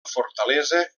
fortalesa